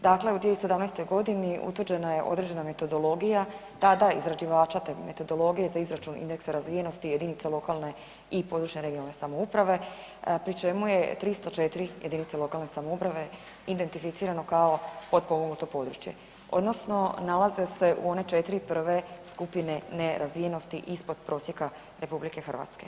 Dakle, u 2017. g. utvrđena je određena metodologija, tada izrađivača metodologije za izračun indeksa razvijenosti jedinica lokalne i područne (regionalne) samouprave pri čemu je 304 jedinice lokalne samouprave identificirano kao potpomognuto područje, odnosno nalaze se u one 4 prve skupine nerazvijenosti ispod prosjeka RH.